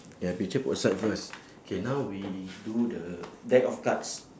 ya picture put aside first K now we do the deck of cards